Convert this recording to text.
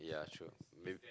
yeah true maybe